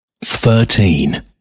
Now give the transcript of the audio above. thirteen